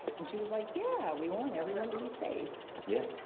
and she was like, yeah. we want everyone to be safe yeah.